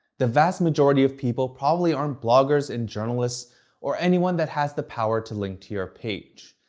the vast majority of people probably aren't bloggers and journalists or anyone that has the power to link to your page.